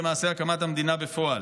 במעשה הקמת המדינה בפועל,